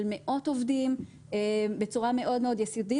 מאות עובדים בצורה מאוד-מאוד יסודית.